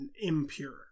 impure